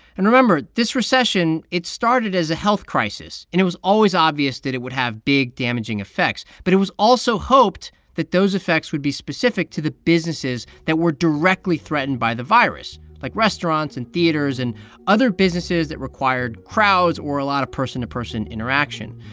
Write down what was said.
and remember this recession, it started as a health crisis, and it was always obvious that it would have big, damaging effects but it was also hoped that those effects would be specific to the businesses that were directly threatened by the virus, like restaurants and theaters and other businesses that required crowds or a lot of person-to-person interaction.